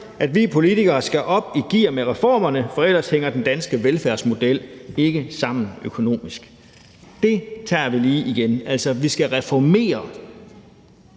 at vi politikere skal op i gear med reformerne, for ellers hænger den danske velfærdsmodel ikke sammen økonomisk. Den tager vi lige igen: Vi skal reformere,